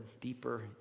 deeper